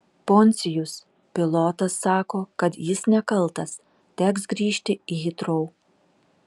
poncijus pilotas sako kad jis nekaltas teks grįžti į hitrou